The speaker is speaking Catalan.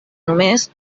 només